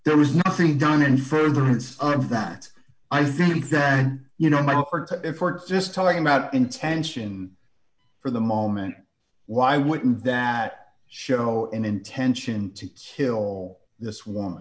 there was nothing done in furtherance of that i think that you know if we're just talking about intention for the moment why wouldn't that show an intention to kill this one